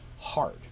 hard